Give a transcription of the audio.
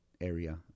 area